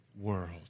world